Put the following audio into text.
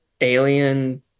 alien